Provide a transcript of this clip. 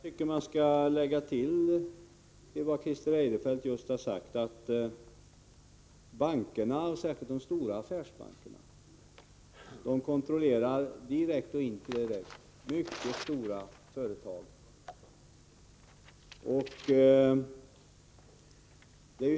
Herr talman! Till vad Christer Eirefelt just sade skall man lägga att bankerna, särskilt de stora affärsbankerna, direkt eller indirekt kontrollerar mycket stora företag.